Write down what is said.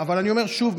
אני אומר שוב,